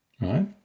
Right